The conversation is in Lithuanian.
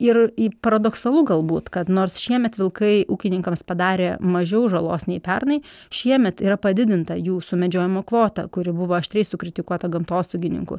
ir į paradoksalu galbūt kad nors šiemet vilkai ūkininkams padarė mažiau žalos nei pernai šiemet yra padidinta jų sumedžiojimo kvota kuri buvo aštriai sukritikuota gamtosaugininkų